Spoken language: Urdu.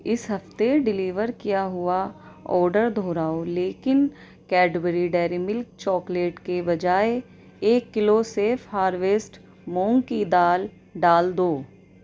اس ہفتے ڈیلیور کیا ہوا آڈر دوہراؤ لیکن کیڈبری ڈیری ملک چاکلیٹ کے بجائےایک کلو سیف ہارویسٹ مونگ کی دال ڈال دو